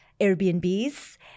Airbnbs